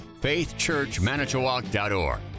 faithchurchmanitowoc.org